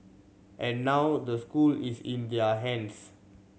and now the school is in their hands